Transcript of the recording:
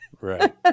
Right